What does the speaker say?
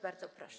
Bardzo proszę.